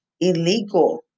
illegal